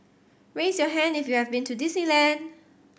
raise your hand if you have been to Disneyland